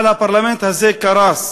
אבל הפרלמנט הזה קרס